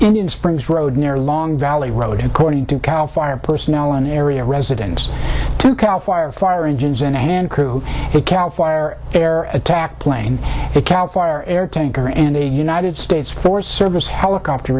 indian springs road near long valley road according to cal fire personnel an area resident to cal fire fire engines and hand crew cal fire air attack plane it cal fire air tanker and a united states forest service helicopter